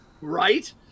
right